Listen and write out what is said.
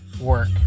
work